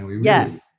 Yes